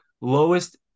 lowest